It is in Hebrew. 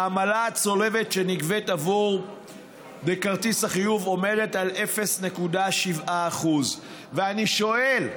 העמלה הצולבת שנגבית בכרטיס החיוב עומדת על 0.7%. ואני שואל: